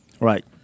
Right